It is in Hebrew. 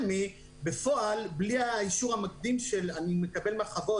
בפועל בלי האישור המקדים שאני מקבל מהחוות